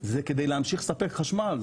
זה כדי להמשיך לספק חשמל,